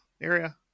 area